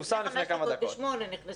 פורסם לפני כמה דקות.